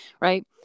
right